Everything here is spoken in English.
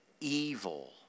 evil